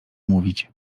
mówić